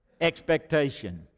expectation